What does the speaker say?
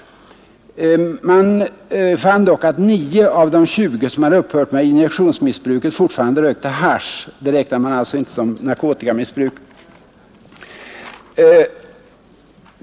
Man fann dock att 9 av de 20 som hade upphört med injektionsmissbruket fortfarande rökte hasch. Det räknar man alltså inte som narkotikamissbruk.